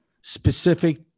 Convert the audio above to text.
specific